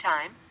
Time